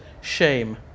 shame